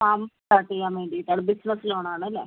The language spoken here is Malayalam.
ഫാം സ്റ്റാർട്ട് ചെയ്യാൻ വേണ്ടിയിട്ടാണ് ബിസിനസ്സ് ലോൺ ആണല്ലേ